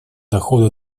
дохода